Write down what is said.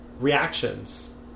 reactions